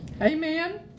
Amen